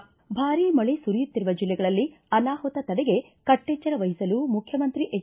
ಣ ಭಾರಿ ಮಳೆ ಸುರಿಯುತ್ತಿರುವ ಜಿಲ್ಲೆಗಳಲ್ಲಿ ಅನಾಹುತ ತಡೆಗೆ ಕಟ್ಟೆಚ್ಚರ ವಹಿಸಲು ಮುಖ್ಯಮಂತ್ರಿ ಎಚ್